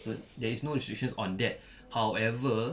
so there is no restrictions on that however